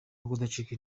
kudacika